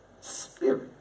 spirit